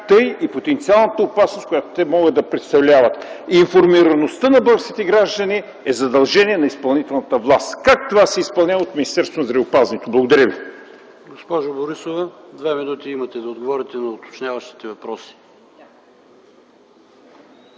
така и потенциалната опасност, която могат да представляват? Информираността на българските граждани е задължение на изпълнителната власт. Как това се осъществява от Министерството на здравеопазването? Благодаря ви.